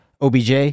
OBJ